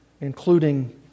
including